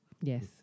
Yes